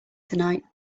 tonight